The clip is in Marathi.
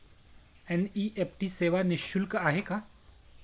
एन.इ.एफ.टी सेवा निःशुल्क आहे का?